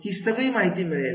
ही सगळी माहीती मिळेल